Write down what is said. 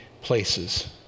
places